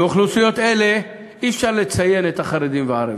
באוכלוסיות האלה אי-אפשר לציין את החרדים והערבים,